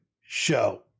show